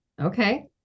Okay